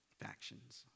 Factions